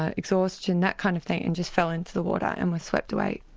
ah exhaustion, that kind of thing, and just fell into the water and were swept away.